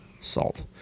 salt